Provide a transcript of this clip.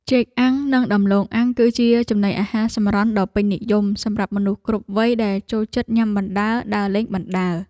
ចេកអាំង និងដំឡូងអាំងគឺជាចំណីអាហារសម្រន់ដ៏ពេញនិយមសម្រាប់មនុស្សគ្រប់វ័យដែលចូលចិត្តញ៉ាំបណ្ដើរដើរលេងបណ្ដើរ។